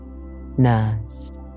nursed